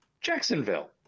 Jacksonville